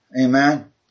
Amen